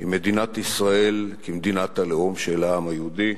עם מדינת ישראל כמדינת הלאום של העם היהודי,